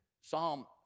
Psalm